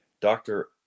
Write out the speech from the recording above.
Doctor